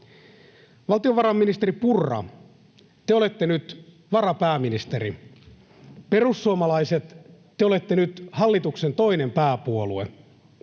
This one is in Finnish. Valtiovarainministeri Purra, te olette nyt varapääministeri. Perussuomalaiset, te olette nyt hallituksen toinen pääpuolue.